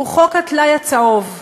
הוא חוק הטלאי הצהוב.